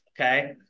okay